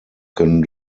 können